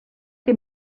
que